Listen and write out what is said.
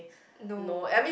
no